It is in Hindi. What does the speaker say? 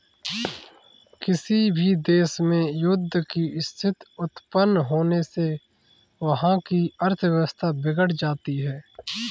किसी भी देश में युद्ध की स्थिति उत्पन्न होने से वहाँ की अर्थव्यवस्था बिगड़ जाती है